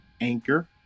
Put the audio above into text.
Anchor